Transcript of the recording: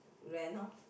rent orh